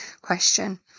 question